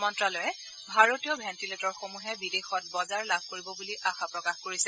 মন্ত্ৰ্যালয়ে ভাৰতীয় ভেণ্টিলেটৰসমূহে বিদেশত বজাৰ লাভ কৰিব বুলি আশা প্ৰকাশ কৰিছে